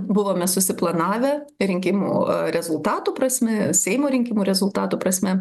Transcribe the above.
buvome susiplanavę rinkimų rezultatų prasme seimo rinkimų rezultatų prasme